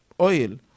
oil